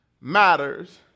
matters